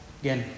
Again